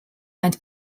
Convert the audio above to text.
and